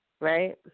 right